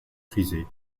prisée